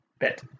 bet